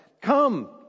come